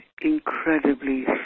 incredibly